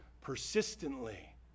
persistently